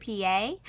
PA